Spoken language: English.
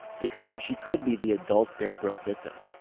because she could be the adult bear brook victim.